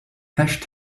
hash